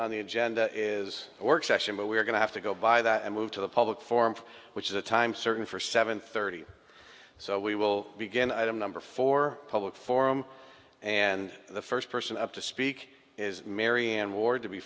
on the agenda is a work session but we are going to have to go by that and move to the public forums which is a time certain for seven thirty so we will begin item number for a public forum and the first person up to speak is marianne ward to